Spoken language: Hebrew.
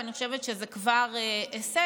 ואני חושבת שזה כבר הישג.